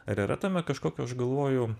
ar yra tame kažkokio aš galvoju